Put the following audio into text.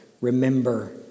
remember